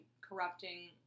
corrupting